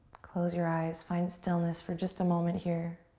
close your eyes, find stillness for just a moment here.